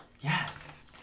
Yes